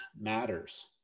matters